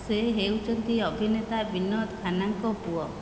ସେ ହେଉଛନ୍ତି ଅଭିନେତା ବିନୋଦ ଖାନ୍ନାଙ୍କ ପୁଅ